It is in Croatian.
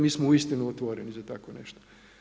Mi smo uistinu otvoreni za tako nešto.